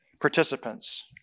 participants